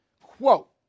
quote